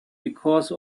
because